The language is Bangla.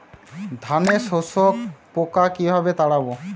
ধানে শোষক পোকা কিভাবে তাড়াব?